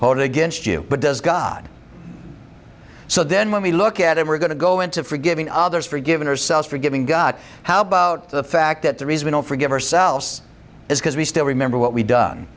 vote against you but does god so then when we look at it we're going to go into forgiving others forgiven ourselves forgiving god how about the fact that the reason we don't forgive ourselves is because we still remember what we done